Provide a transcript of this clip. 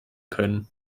können